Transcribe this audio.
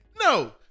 No